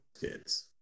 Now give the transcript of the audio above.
kids